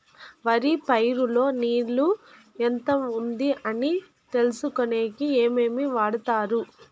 వరి పైరు లో నీళ్లు ఎంత ఉంది అని తెలుసుకునేకి ఏమేమి వాడతారు?